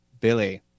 Billy